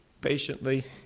patiently